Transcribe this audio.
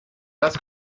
das